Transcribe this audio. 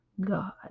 God